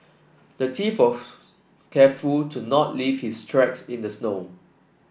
the thief was careful to not leave his tracks in the snow